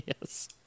Yes